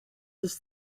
this